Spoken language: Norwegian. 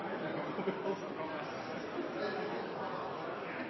i felt, kan